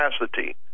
capacity